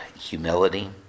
humility